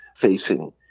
facing